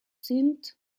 sind